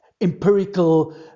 empirical